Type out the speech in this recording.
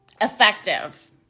effective